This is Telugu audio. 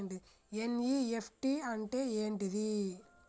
ఎన్.ఇ.ఎఫ్.టి అంటే ఏంటిది?